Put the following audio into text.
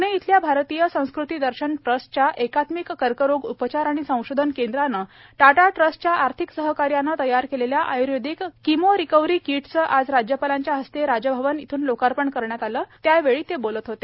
प्णे इथल्या भारतीय संस्कृती दर्शन ट्रस्टच्या एकात्मिक कर्करोग उपचार आणि संशोधन केंद्राने टाटा ट्रस्टच्या आर्थिक सहकार्याने तयार केलेल्या आय्र्वेदिक किमो रिकव्हरी किटचे आज राज्यपालांच्या हस्ते राजभवन इथून लोकार्पण करण्यात आलं त्यावेळी ते बोलत होते